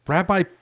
Rabbi